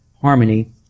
harmony